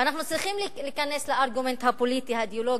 ואנחנו צריכים להיכנס לארגומנט הפוליטי-האידיאולוגי,